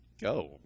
Go